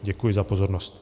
Děkuji za pozornost.